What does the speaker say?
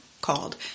called